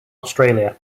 australia